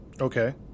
Okay